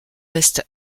reste